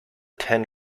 ten